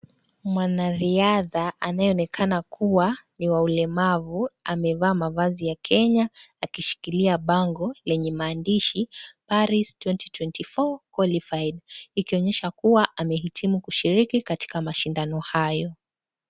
Mwanariadha anayeonekana kuwa ni wa ulemavu, amevaa mavazi ya Kenya, akishikilia bango lenye maandishi, Paris 2024 qualified ikionyesha kuwa, amehitimu kushiriki katika mashindano hayo.